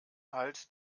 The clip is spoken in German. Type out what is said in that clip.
halt